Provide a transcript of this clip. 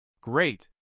Great